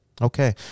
Okay